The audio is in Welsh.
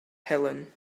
helen